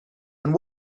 and